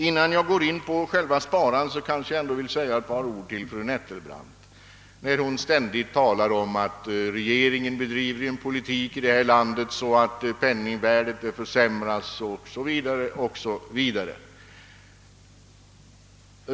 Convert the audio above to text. Innan jag tar upp själva sparandet skall jag kanske säga några ord till fru Nettelbrandt, eftersom hon ständigt talar om att regeringen i det här landet bedriver en sådan politik att penningvärdet försämras o.s.v.